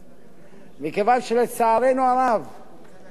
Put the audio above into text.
הכבאים היו במשך שנים כתובת למתקפות,